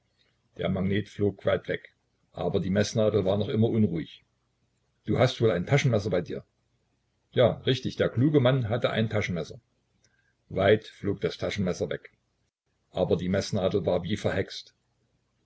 der magnet flog weit weg aber die meßnadel war noch immer unruhig du hast wohl ein taschenmesser bei dir ja richtig der kluge mann hatte ein taschenmesser weit flog das taschenmesser weg aber die meßnadel war wie verhext